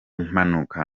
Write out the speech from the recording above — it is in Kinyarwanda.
mpanuka